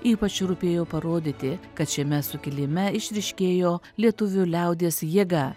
ypač rūpėjo parodyti kad šiame sukilime išryškėjo lietuvių liaudies jėga